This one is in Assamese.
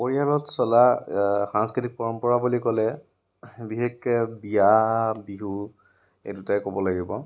পৰিয়ালত চলা সাংস্কৃতিক পৰম্পৰা বুলি ক'লে বিশেষকৈ বিয়া বিহু এই দুটাই ক'ব লাগিব